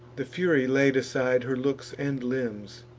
the fury laid aside her looks and limbs,